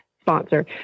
sponsor